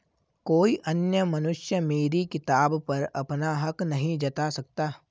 कोई अन्य मनुष्य मेरी किताब पर अपना हक नहीं जता सकता